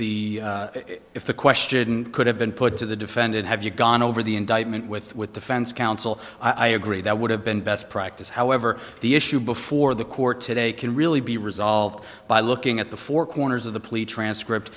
the if the question could have been put to the defendant have you gone over the indictment with with defense counsel i agree that would have been best practice however the issue before the court today can really be resolved by looking at the four corners of the police transcript